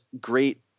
great